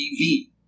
TV